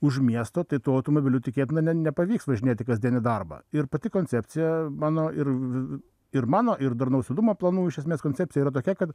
už miesto tai tuo automobiliu tikėtina ne nepavyks važinėti kasdien į darbą ir pati koncepcija mano ir ir mano ir darnaus judumo planų iš esmės koncepcija yra tokia kad